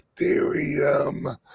Ethereum